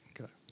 Okay